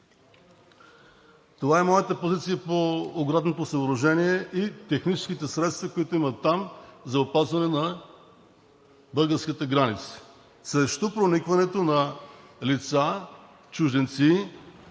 Това е моята позиция по оградното съоръжение и техническите средства, които има там за опазване на българската граница срещу проникването на лица – на чужденци,